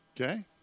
Okay